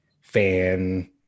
fan